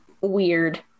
weird